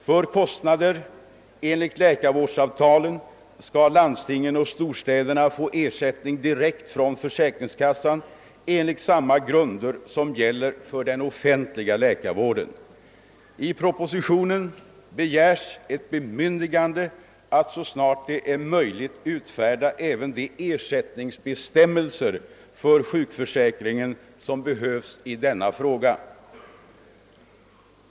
För kostnader enligt läkarvårdsavtalen skall landstingen och storstäderna få ersättning direkt från försäkringskassan enligt samma grunder som gäller för den offentliga läkarvården. I propositionen begärs ett bemyndigande att så snart det är möjligt utfärda även de ersättningsbestämmelser för sjukförsäkringen som behövs i denna fråga.